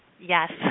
Yes